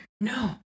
No